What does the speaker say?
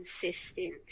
consistent